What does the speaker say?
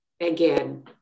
Again